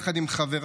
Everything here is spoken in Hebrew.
יחד עם חבריו.